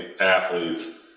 athletes